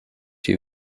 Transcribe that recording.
you